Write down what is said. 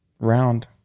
round